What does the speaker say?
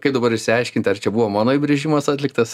kaip dabar išsiaiškinti ar čia buvo mano įbrėžimas atliktas